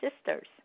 sisters